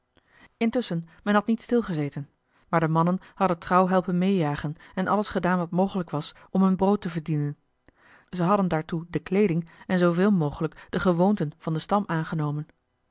intusschen men had niet stil gezeten maar de mannen hadden trouw helpen meejagen en alles gedaan wat mogelijk was om hun brood te verdienen zij hadden daartoe de kleeding en zooveel mogelijk de gewoonten van den stam aangenomen